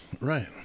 right